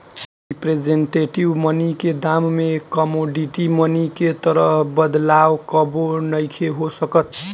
representative money के दाम में कमोडिटी मनी के तरह बदलाव कबो नइखे हो सकत